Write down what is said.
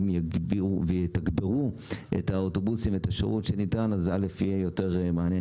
אם יתגברו את האוטובוסים ואת השירות שניתן אז יהיה יותר מענה.